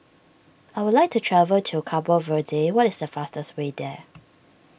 I would like to travel to Cabo Verde what is the fastest way there